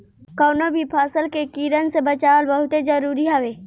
कवनो भी फसल के कीड़न से बचावल बहुते जरुरी हवे